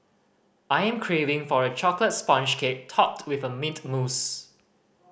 I'm craving for a chocolate sponge cake topped with mint mousse